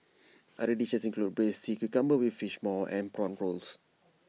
other dishes include Braised Sea Cucumber with Fish Maw and Prawn Rolls